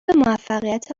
موفقیت